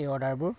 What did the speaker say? এই অৰ্ডাৰবোৰ